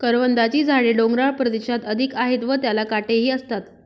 करवंदाची झाडे डोंगराळ प्रदेशात अधिक आहेत व त्याला काटेही असतात